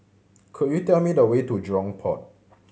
could you tell me the way to Jurong Port